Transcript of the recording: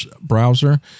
browser